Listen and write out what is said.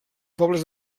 pobles